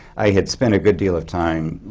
i had spent a good deal of time